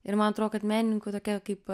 ir man atrodo kad menininkui tokia kaip